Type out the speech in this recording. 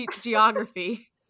geography